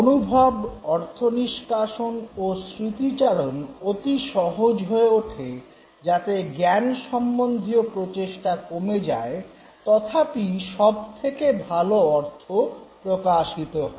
অনুভব অর্থ নিষ্কাশন ও স্মৃতিচারণ অতি সহজ হয়ে ওঠে যাতে জ্ঞানসম্বন্ধীয় প্রচেষ্টা কমে যায় তথাপি সবচেয়ে ভাল অর্থ প্রকাশিত হয়